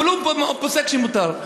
אבל הוא פוסק שמתיר.